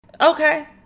Okay